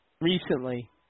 recently